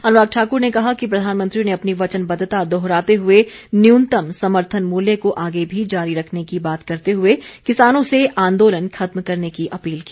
अनुराग ठाकुर ने कहा कि प्रधानमंत्री ने अपनी वचनबद्धता दोहराते हुए न्यूनतम समर्थन मूल्य को आगे भी जारी रखने की बात करते हुए किसानों से आंदोलन खत्म करने की अपील की